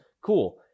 Cool